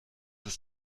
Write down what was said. ist